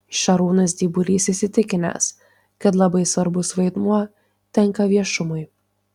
šarūnas dyburys įsitikinęs kad labai svarbus vaidmuo tenka viešumui